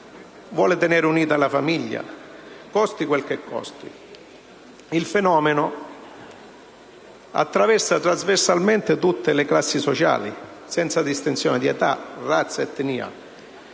vuole tenere unita la famiglia, costi quel che costi. Il fenomeno attraversa trasversalmente tutte le classi sociali, senza distinzione di età, razza o etnia